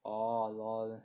orh LOL